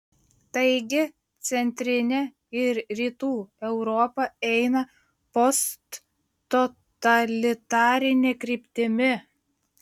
taigi centrinė ir rytų europa eina posttotalitarine kryptimi